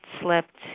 slept